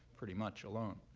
pretty much alone.